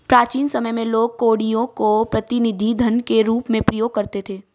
प्राचीन समय में लोग कौड़ियों को प्रतिनिधि धन के रूप में प्रयोग करते थे